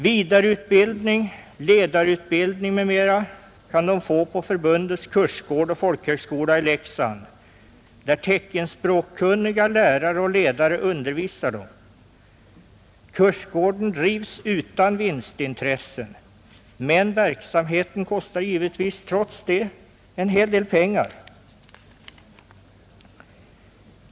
Vidareutbildning, ledarutbildning m.m. kan de få på förbundets kursgård och folkhögskola i Leksand, där teckenspråkkunniga lärare och ledare undervisar dem. Kursgården drivs utan vinstintresse men verksamheten kostar givetvis trots det en hel del pengar.